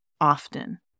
often